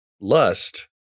lust